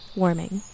warming